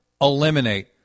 eliminate